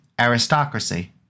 aristocracy